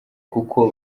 kuko